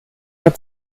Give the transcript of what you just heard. hat